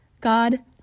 God